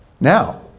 Now